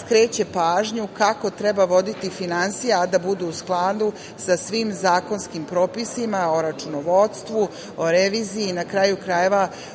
skreće pažnju kako treba voditi finansije, a da budu u skladu sa svim zakonskim propisima o računovodstvu, o reviziji i, na kraju krajeva,